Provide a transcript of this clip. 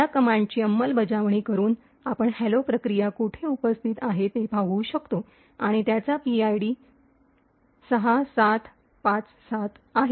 या कमांडची अंमलबजावणी करून आपण हॅलो प्रक्रिया कोठे उपस्थित आहे ते पाहू शकतो आणि त्याचा पीआयडी ६७५७ आहे